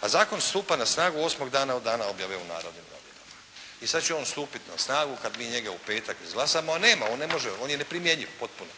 a zakon stupa na snagu osmog dana od dana objave u "Narodnim novinama". I sada će on stupiti na snagu kada mi njega u petak izglasamo, a nema on ne može, on je neprimjenjiv potpuno.